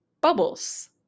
bubbles